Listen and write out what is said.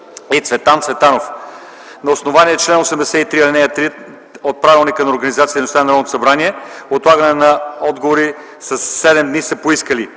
и Цветан Цветанов. На основание чл. 83, ал. 3 от Правилника за организацията и дейността на Народното събрание отлагане на отговори със 7 дни са поискали: